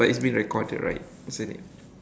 but it's being recorded right isn't it